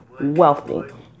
wealthy